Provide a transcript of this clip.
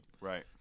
right